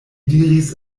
diris